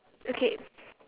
okay